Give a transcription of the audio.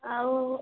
ଆଉ